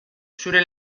zure